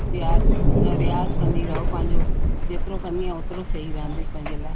रियाज़ ऐं रियाज़ कंदी रहो पंहिंजो जेतिरो कंदीअ ओतिरो सही रहंदी पंहिंजे लाइ